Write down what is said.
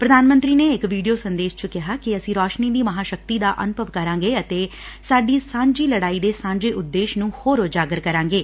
ਪੁਧਾਨ ਮੰਤਰੀ ਨੇ ਇਕ ਵੀਡੀਓ ਸੰਦੇਸ਼ 'ਚ ਕਿਹਾ ਕਿ ਅਸੀ ਰੋਸ਼ਨੀ ਦੀ ਮਹਾਸ਼ਕਤੀ ਦਾ ਅਨੁਭਵ ਕਰਾਂਗੇ ਅਤੇ ਸਾਡੀ ਸਾਂਝੀ ਲੜਾਈ ਦੇ ਸਾਂਝੇ ਉਦੇਸ਼ ਨੂੰ ਹੋਰ ਉਜਾਗਰ ਕਰਾਂਗੇ